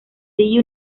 the